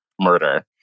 murder